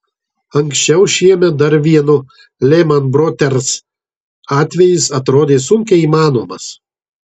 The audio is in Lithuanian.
anksčiau šiemet dar vieno lehman brothers atvejis atrodė sunkiai įmanomas